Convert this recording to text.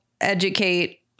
educate